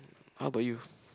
how ~bout you